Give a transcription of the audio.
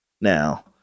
now